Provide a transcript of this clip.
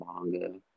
manga